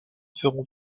ferons